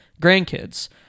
grandkids